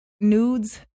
nudes